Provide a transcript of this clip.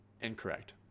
incorrect